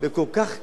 בכל כך קלילות,